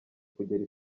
kugera